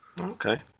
Okay